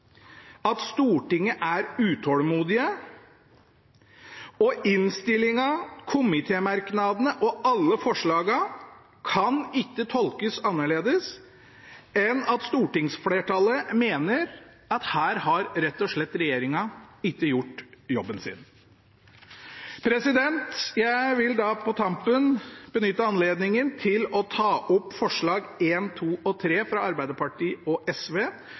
at Stortinget er utålmodig, og innstillinga, komitémerknadene og alle forslagene kan ikke tolkes annerledes enn at stortingsflertallet mener at her har rett og slett regjeringen ikke gjort jobben sin. Jeg vil på tampen benytte anledningen til å ta opp forslagene nr. 1, 2 og 3 fra Arbeiderpartiet og SV